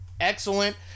excellent